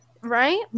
right